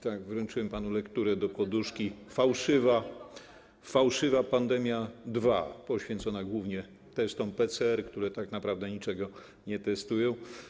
Tak, wręczyłam panu lekturę do poduszki, „Fałszywa pandemia 2”, poświęconą głównie testom PCR, które tak naprawdę niczego nie testują.